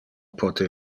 pote